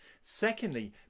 Secondly